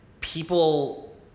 people